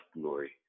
glory